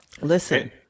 Listen